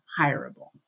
hireable